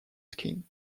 skin